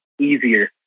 easier